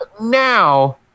Now